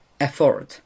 afford